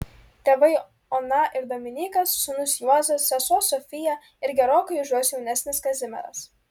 tėvai ona ir dominykas sūnus juozas sesuo sofija ir gerokai už juos jaunesnis kazimieras